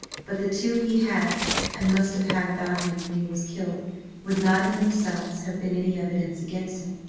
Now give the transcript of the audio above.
but the two he had and must have had about him when he was killed would not in themselves have been any evidence against him.